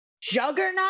juggernaut